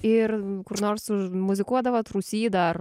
ir kur nors užmuzikuodavot rūsy dar